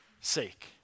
sake